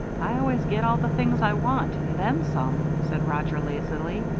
i always get all the things i want and then some, said roger, lazily,